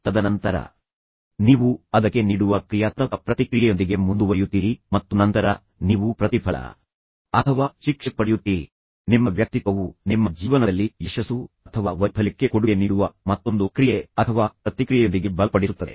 ತದನಂತರ ನೀವು ಅದಕ್ಕೆ ನೀಡುವ ಕ್ರಿಯಾತ್ಮಕ ಪ್ರತಿಕ್ರಿಯೆಯೊಂದಿಗೆ ಮುಂದುವರಿಯುತ್ತೀರಿ ಮತ್ತು ನಂತರ ನೀವು ಪ್ರತಿಫಲ ಅಥವಾ ಶಿಕ್ಷೆ ಪಡೆಯುತ್ತೀರಿ ಮತ್ತು ಅದರ ಆಧಾರದ ಮೇಲೆ ನೀವು ನಿಮ್ಮ ಸ್ವಭಾವವನ್ನು ನಿರ್ಧರಿಸುವ ಅಭ್ಯಾಸ ನಿಮ್ಮ ವ್ಯಕ್ತಿತ್ವವು ನಿಮ್ಮ ಜೀವನದಲ್ಲಿ ಯಶಸ್ಸು ಅಥವಾ ವೈಫಲ್ಯಕ್ಕೆ ಕೊಡುಗೆ ನೀಡುವ ಮತ್ತೊಂದು ಕ್ರಿಯೆ ಅಥವಾ ಪ್ರತಿಕ್ರಿಯೆಯೊಂದಿಗೆ ಇದನ್ನು ಬಲಪಡಿಸುತ್ತದೆ